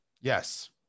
Yes